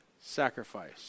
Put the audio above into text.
sacrifice